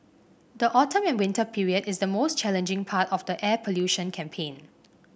the autumn and winter period is the most challenging part of the air pollution campaign